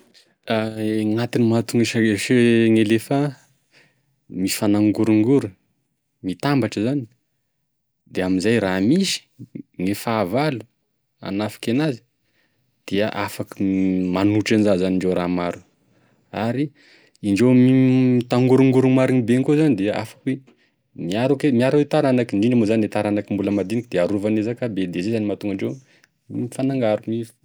Gn'antony mahatonga isa- sa e- gn'elefant mifanangorongoro mitambatry izany de amizay raha misy gne fahavalo hanafiky anazy dia afaky manohitry eniza zany indreo raha maro ary indreo mit- mitangorongoriny marigny be igny koa zany dia afaky miaro ake miaro e taranaky, indrindra moa izany e taranaky mbola madiniky da afaky da arovan'e zakabe de izay zany e mahatonga andreo mifanagaro mitangorona.